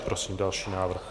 Prosím další návrh.